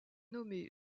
nommée